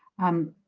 um